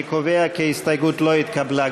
אני קובע כי ההסתייגות לא התקבלה.